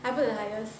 I put the highest